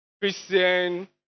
Christian